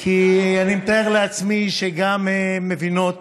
כי אני מתאר לעצמי שגם הן מבינות